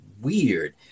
weird